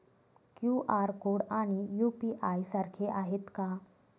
QR code आणि UPI सारखे आहेत का?